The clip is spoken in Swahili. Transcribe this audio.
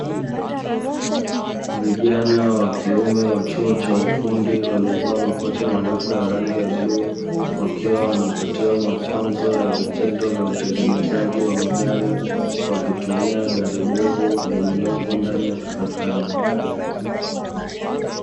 Vijana wa kiume wa chuo cha ufundi waliovaa makoti marefu ya rangi ya bluu, wakiwa wanapatiwa mafunzo ya vitendo ya utengenezaji wa magari, wakitumia gari bovu lililopo ndani ya karakana.